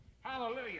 hallelujah